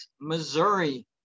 Missouri